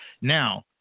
now